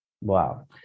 Wow